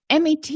MET